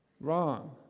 wrong